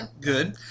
Good